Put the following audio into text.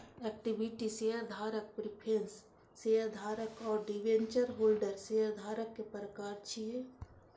equity शेयरधारक, preference शेयरधारक आ डिवेंचर होल्डर शेयरधारक के प्रकार छियै